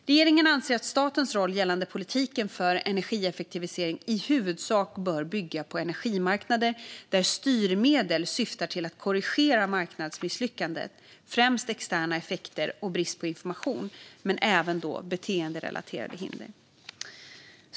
Regeringen anser att statens roll gällande politiken för energieffektivisering i huvudsak bör bygga på energimarknader där styrmedel syftar till att korrigera marknadsmisslyckanden, främst externa effekter och brist på information, men även beteenderelaterade hinder.